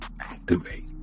activate